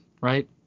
right